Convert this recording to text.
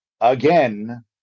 again